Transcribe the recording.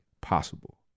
possible